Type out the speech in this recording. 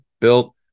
built